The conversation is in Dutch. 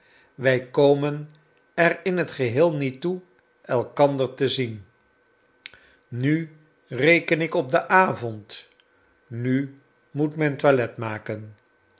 wij komen er in t geheel niet toe elkander te zien nu reken ik op den avond nu moet men toilet maken